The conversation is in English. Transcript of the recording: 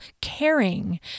caring